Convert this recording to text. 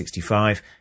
1965